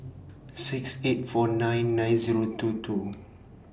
six eight four nine nine Zero two two